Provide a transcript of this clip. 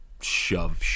shove